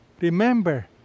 Remember